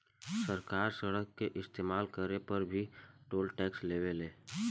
सरकार सड़क के इस्तमाल करे पर भी टोल टैक्स लेवे ले